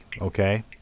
okay